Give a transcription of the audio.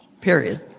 Period